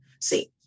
See